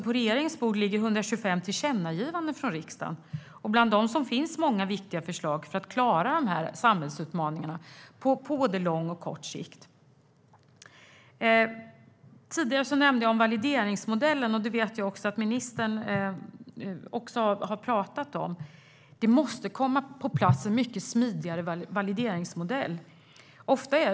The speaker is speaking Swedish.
På regeringens bord ligger 125 tillkännagivanden från riksdagen. Bland dem finns många viktiga förslag för att klara de här samhällsutmaningarna på både lång och kort sikt. Tidigare nämnde jag valideringsmodellen, och jag vet att ministern också har pratat om den. Vi måste få en mycket smidigare valideringsmodell på plats.